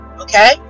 okay